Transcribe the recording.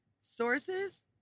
sources